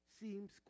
seems